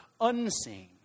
unseen